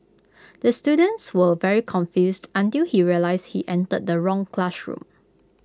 the students were very confused until he realised he entered the wrong classroom